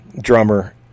drummer